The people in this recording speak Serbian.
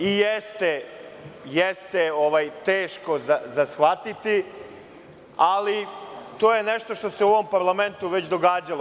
Jeste teško za shvatiti, ali to je nešto što se u ovom parlamentu već događalo.